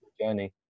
journey